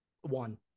one